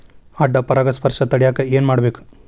ಅಡ್ಡ ಪರಾಗಸ್ಪರ್ಶ ತಡ್ಯಾಕ ಏನ್ ಮಾಡ್ಬೇಕ್?